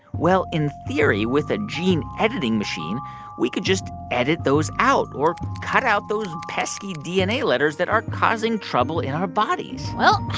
well, in theory, with a gene editing machine we could just edit those out or cut out those pesky dna letters that are causing trouble in our bodies well,